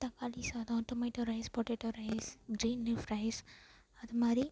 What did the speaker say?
தக்காளி சாதம் tomato rice potato rice green leaf rice அது மாதிரி